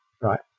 Right